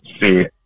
see